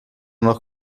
noch